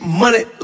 money